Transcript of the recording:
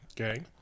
Okay